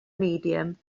medium